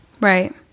right